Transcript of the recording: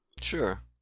Sure